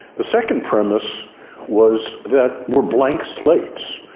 the second premise was that we're blank slates.